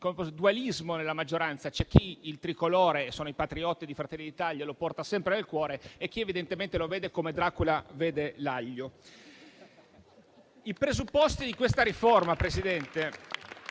di dualismo nella maggioranza: c'è chi il Tricolore, come i patrioti di Fratelli d'Italia, lo porta sempre nel cuore e chi evidentemente lo vede come Dracula vede l'aglio. I presupposti di questa riforma, signor